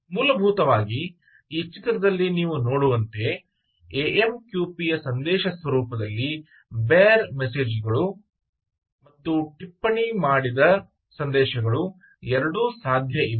ಆದ್ದರಿಂದ ಮೂಲಭೂತವಾಗಿ ಈ ಚಿತ್ರದಲ್ಲಿ ನೀವು ನೋಡುವಂತೆ ಎಎಮ್ಕ್ಯೂಪಿ ಯ ಸಂದೇಶ ಸ್ವರೂಪದಲ್ಲಿ ಬೇರ್ ಸಂದೇಶಗಳು ಮತ್ತು ಟಿಪ್ಪಣಿ ಮಾಡಿದ ಸಂದೇಶಗಳು ಎರಡೂ ಸಾಧ್ಯ ಇವೆ